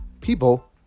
people